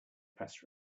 press